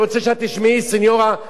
סניורה גילה גמליאל,